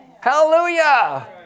Hallelujah